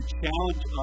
challenge